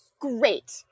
great